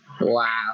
Wow